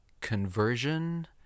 conversion